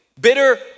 Bitter